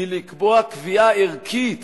מלקבוע קביעה ערכית